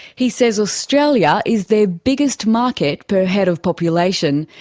he says australia is their biggest market per head of population.